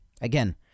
Again